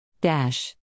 Dash